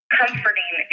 comforting